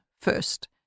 first